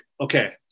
okay